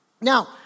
Now